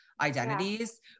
identities